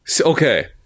Okay